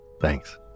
Thanks